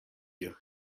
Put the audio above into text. you